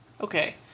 okay